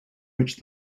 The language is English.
which